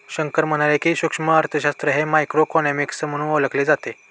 शंकर म्हणाले की, सूक्ष्म अर्थशास्त्र हे मायक्रोइकॉनॉमिक्स म्हणूनही ओळखले जाते